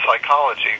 psychology